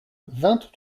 vingt